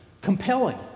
Compelling